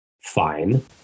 fine